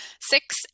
six